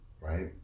right